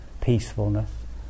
peacefulness